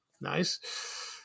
nice